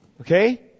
Okay